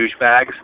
douchebags